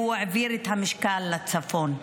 והוא העביר את המשקל לצפון.